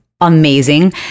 amazing